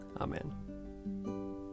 Amen